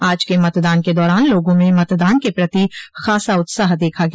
आज के मतदान के दौरान लोगों में मतदान के प्रति खासा उत्साह देखा गया